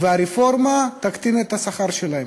והרפורמה תקטין את השכר שלהם,